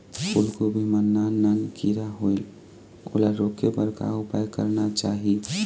फूलगोभी मां नान नान किरा होयेल ओला रोके बर का उपाय करना चाही?